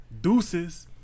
Deuces